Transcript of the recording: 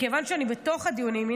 מכיוון שאני בתוך הדיונים,